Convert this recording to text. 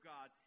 God